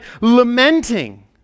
lamenting